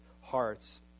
hearts